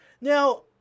Now